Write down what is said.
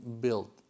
built